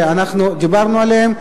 שאנחנו דיברנו עליהם,